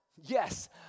Yes